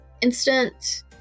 instant